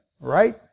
Right